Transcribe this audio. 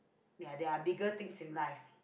ya there are bigger things in life